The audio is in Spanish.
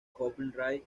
copyright